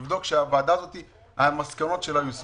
לבדוק שהמסקנות של הוועדה הזאת ייושמו.